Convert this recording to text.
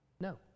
No